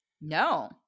No